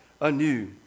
anew